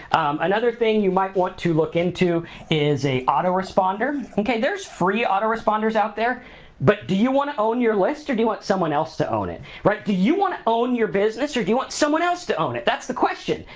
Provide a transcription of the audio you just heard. another thing you might want to look into is a auto-responder, okay? there's free auto-responders out there but do you wanna own your list or do you want someone else to own it? right, do you wanna own your business or do you want someone else to own it, that's the question.